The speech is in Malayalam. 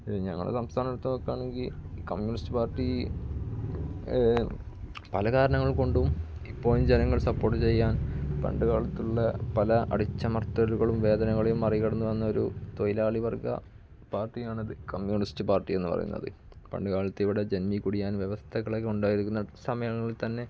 ഞങ്ങളുടെ സംസ്ഥാനത്ത് നോക്കാണെങ്കില് കമ്മ്യൂണിസ്റ്റ് പാർട്ടി പല കാരണങ്ങൾ കൊണ്ടും ഇപ്പോഴും ജനങ്ങൾ സപ്പോട്ട് ചെയ്യാൻ പണ്ട് കാലത്തുള്ള പല അടിച്ചമർത്തലുകളെയും വേദനകളെയും മറി കടന്ന് വന്നൊരു തൊഴിലാളി വർഗ്ഗ പാർട്ടിയാണത് കമ്മ്യൂണിസ്റ്റ് പാർട്ടി എന്ന് പറയുന്നത് പണ്ട് കാലത്തിവിടെ ജന്മി കുടിയാൻ വ്യവസ്ഥകളൊക്കെ ഉണ്ടായിരുന്ന സമയങ്ങളിൽത്തന്നെ